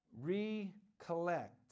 recollect